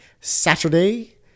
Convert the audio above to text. Saturday